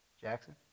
Jackson